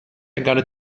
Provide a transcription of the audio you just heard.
gotta